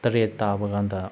ꯇꯔꯦꯠ ꯇꯥꯕ ꯀꯥꯟꯗ